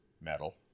metal